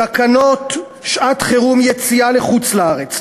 תקנות שעת-חירום (יציאה לחוץ-לארץ),